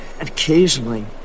Occasionally